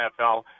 NFL